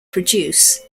produced